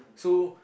so